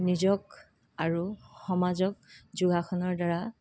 নিজক আৰু সমাজক যোগাসনৰ দ্বাৰা